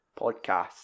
podcast